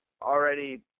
already